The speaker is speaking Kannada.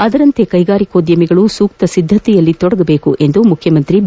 ಅದರಂತೆ ಕೈಗಾರಿಕೋದ್ಯಮಿಗಳು ಸೂಕ್ತ ಸಿದ್ದತೆಯಲ್ಲಿ ತೊಡಗುವಂತೆ ಮುಖ್ಯಮಂತ್ರಿ ಬಿ